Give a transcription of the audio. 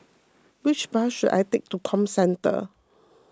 which bus should I take to Comcentre